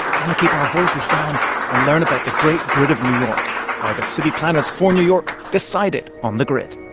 trying to keep our voices down and learn about the great grid of new york why the city planners for new york decided on the grid